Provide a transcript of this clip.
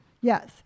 Yes